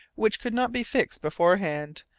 which could not be fixed beforehand,